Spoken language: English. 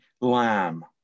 lamb